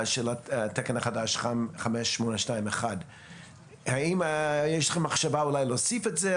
התקן החדש 5821. האם יש לכם מחשבה להוסיף את זה?